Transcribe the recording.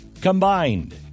combined